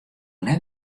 net